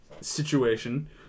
situation